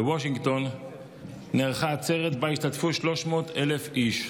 בוושינגטון נערכה עצרת שבה השתתפו 300,000 איש,